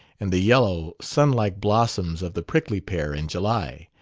and the yellow, sunlike blossoms of the prickly-pear in july,